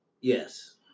Yes